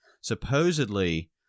supposedly